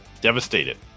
devastated